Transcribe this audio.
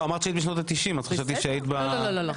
ב- 1992, לא אמרת שהיית בשנות ה- 90. לא, לא לא.